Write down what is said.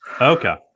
Okay